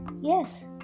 Yes